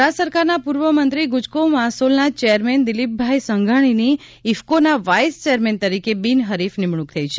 ગુજરાત સરકારના પૂર્વમંત્રી ગુજકો માસોલના ચેરમેન દિલીપભાઈ સંઘાણીની ઇફકોના વાઇસ ચેરમેન તરીકે બિનહરીફ નિમણુક થઇ છે